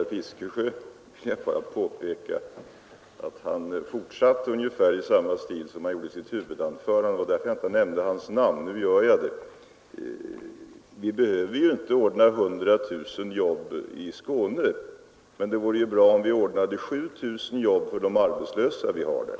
Herr talman! För herr Fiskesjö vill jag påpeka att han fortsätter ungefär i samma stil som i sitt huvudanförande, och det var därför jag inte nämnde hans namn. Nu gör jag det. Vi behöver ju inte ordna 100 000 jobb i Skåne, men det vore bra om vi ordnade 7 000 jobb för de arbetslösa som vi har där.